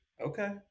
Okay